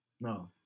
No